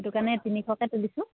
সেইটো কাৰণে তিনিশকৈ তুলিছোঁ